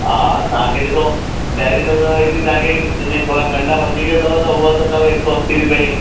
हा तव्हांखे ॾिसो पहिरीं त अथव हिकिड़ी तव्हांखे जंहिंमें थोरा कंडा वधीक अथव हूअ त अथव एक सौ असी रुपए